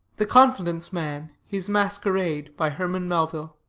the confidence-man his masquerade. by herman melville,